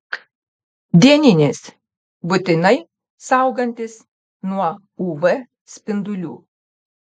dieninis būtinai saugantis nuo uv spindulių